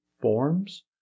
forms